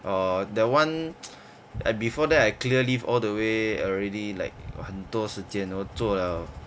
orh that [one] I before that I clear leave all the way already like 很多时间我做 liao